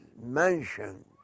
mentioned